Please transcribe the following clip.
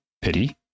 Pity